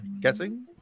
guessing